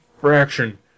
fraction